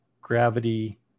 gravity